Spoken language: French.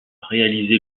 réalisé